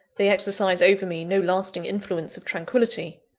they exercise over me no lasting influence of tranquillity.